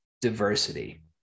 diversity